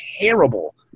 terrible